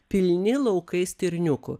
pilni laukai stirniukų